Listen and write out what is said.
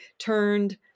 turned